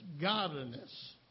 godliness